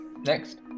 next